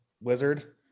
wizard